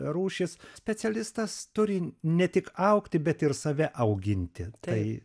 rūšis specialistas turi ne tik augti bet ir save auginti tai